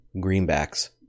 greenbacks